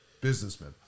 businessman